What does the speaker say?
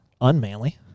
unmanly